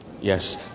Yes